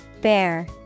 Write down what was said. Bear